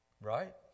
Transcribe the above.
Right